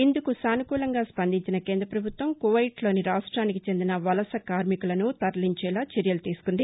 ఇందుకు సాసుకూలంగా స్పందించిన కేంద్ర ప్రభుత్వం కువైట్లోని రాష్ట్రానికి చెందిన వలస కార్మికులను తరలించేలా చర్యలు తీసుకుంది